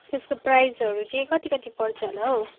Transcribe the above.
त्यसको प्राइजहरू चाहिँ कति कति पर्छ होला हौ